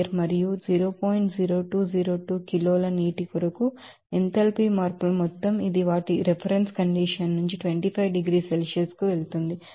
0202 కిలోల నీటి కొరకు ఎంథాల్పీ మార్పుల మొత్తం ఇది వాటి రిఫరెన్స్ కండిషన్ నుంచి 25 డిగ్రీల సెల్సియస్ కు వెళుతుంది